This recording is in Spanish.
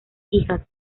hijas